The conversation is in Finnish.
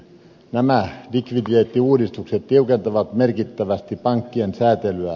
nämä likviditeettiuudistukset tiukentavat merkittävästi pankkien säätelyä